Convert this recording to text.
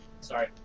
Sorry